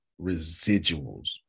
residuals